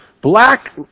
black